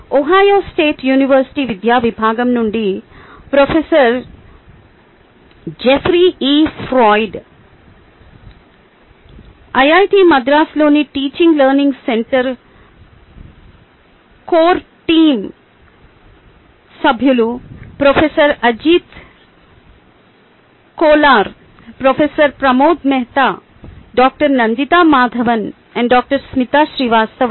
Ohio State University విద్య విభాగం నుండి professor Jeffrey E Freud IIT మద్రాసులోని Teaching Learning Centre core team సభ్యులు professor Ajit Kolar professor Pramod Mehta doctor Nandita Madhavan మరియు డాక్టర్ స్మితా శ్రీవాస్తవ